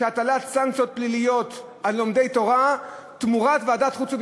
הטלת סנקציות פליליות על לומדי תורה תמורת ועדת חוץ וביטחון.